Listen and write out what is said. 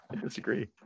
disagree